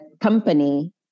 company